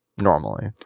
normally